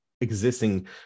existing